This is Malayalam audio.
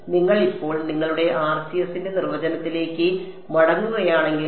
അതിനാൽ നിങ്ങൾ ഇപ്പോൾ നിങ്ങളുടെ RCS ന്റെ നിർവചനത്തിലേക്ക് മടങ്ങുകയാണെങ്കിൽ